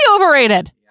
overrated